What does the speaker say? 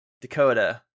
Dakota